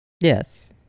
Yes